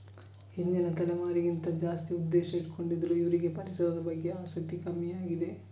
ಹಿಂದಿನ ತಲೆಮಾರಿಗಿಂತ ಜಾಸ್ತಿ ಉದ್ದೇಶ ಇಟ್ಕೊಂಡಿದ್ರು ಇವ್ರಿಗೆ ಪರಿಸರದ ಬಗ್ಗೆ ಆಸಕ್ತಿ ಕಮ್ಮಿ ಆಗಿದೆ